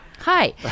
hi